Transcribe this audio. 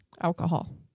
Alcohol